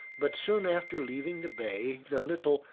but soon after leaving the bay the little,